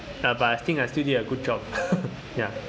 uh but I think I still did a good job ya